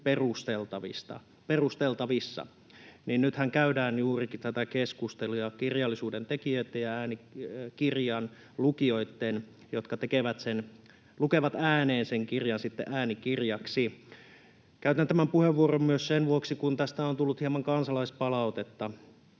perusteltavissa”, niin nythän käydään juurikin tätä keskustelua kirjallisuuden tekijöitten ja äänikirjan lukijoitten, jotka lukevat ääneen sen kirjan sitten äänikirjaksi, oikeuksista. Käytän tämän puheenvuoron myös sen vuoksi, kun tästä on tullut hieman kansalaispalautetta.